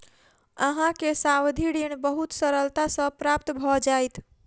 अहाँ के सावधि ऋण बहुत सरलता सॅ प्राप्त भ जाइत